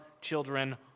children